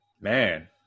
Man